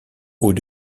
hauts